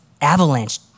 avalanche